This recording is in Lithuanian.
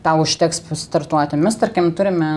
tau užteks startuoti mes tarkim turime